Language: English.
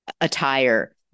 attire